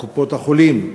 או קופות-החולים,